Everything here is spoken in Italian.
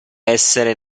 essere